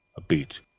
a beech,